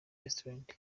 restaurant